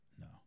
No